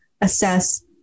assess